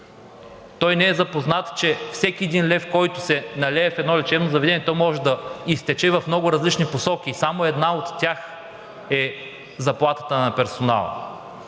Той не е запознат, че всеки един лев, който се налее в едно лечебно заведение, може да изтече в много различни посоки и само една от тях е заплатата на персонала.